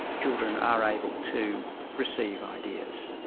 children are able to receive ideas,